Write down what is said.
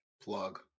plug